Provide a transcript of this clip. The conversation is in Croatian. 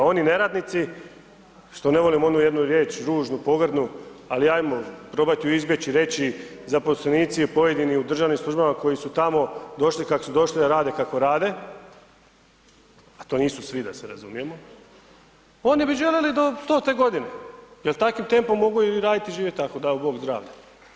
Oni neradnici što ne volim onu jednu riječ ružnu, pogrdnu ali ajmo probati ju izbjeći i reći zaposlenici pojedini u državnim službama koji su tamo došli kako su došli a rade kako rade a to nisu svi da se razumijemo, oni bi željeli do 100.-te godine, jer takvim tempom mogu i raditi i živjeti tako, dao bog zdravlja.